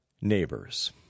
neighbors